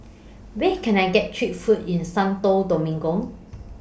Where Can I get Cheap Food in Santo Domingo